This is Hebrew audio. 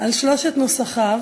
על שלושת נוסחיו,